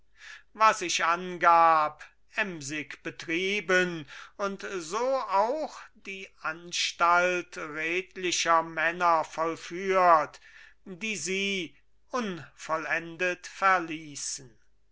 was ich angab emsig betrieben und so auch die anstalt redlicher männer vollführt die sie unvollendet verließen